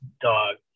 dog